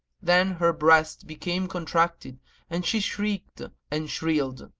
then her breast became contracted and she shrieked and shrilled,